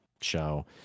show